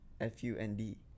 F-U-N-D